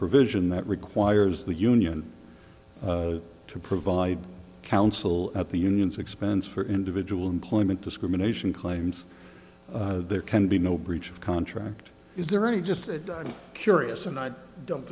provision that requires the union to provide counsel at the union's expense for individual employment discrimination claims there can be no breach of contract is there any just curious and i don't